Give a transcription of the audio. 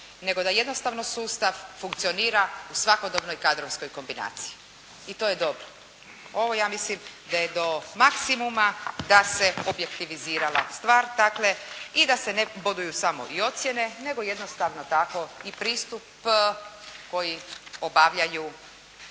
nego da jednostavno sustav funkcionira u svakodobnoj kadrovskoj kombinaciji. I to je dobro. Ovo ja mislim da je do maksimuma, da se objektivizirala stvar, dakle i da se ne boduju samo i ocjene, nego jednostavno tako i pristup koji obavljaju